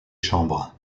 chambres